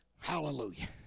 Hallelujah